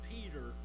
Peter